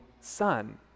son